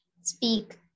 speak